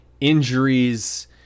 injuries